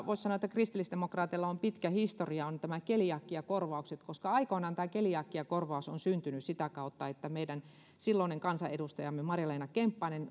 voisi sanoa että kristillisdemokraateilla on pitkä historia ovat nämä keliakiakorvaukset koska aikoinaan tämä keliakiakorvaus on syntynyt sitä kautta että meidän silloinen kansanedustajamme marja leena kemppainen